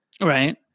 right